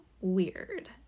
weird